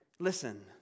Listen